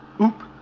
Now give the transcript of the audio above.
Oop